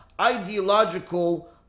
ideological